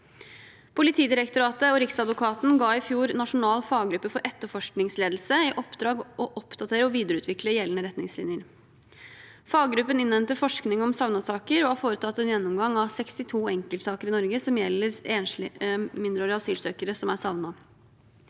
Politidirektoratet og Riksadvokaten ga i fjor Nasjonal faggruppe for etterforskningsledelse i oppdrag å oppdatere og videreutvikle gjeldende retningslinjer. Faggruppen innhenter forskning om savnetsaker og har foretatt en gjennomgang av 62 enkeltsaker i Norge som gjelder enslige mindreårige asylsøkere som er savnet.